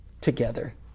together